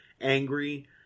angry